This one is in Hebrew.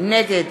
נגד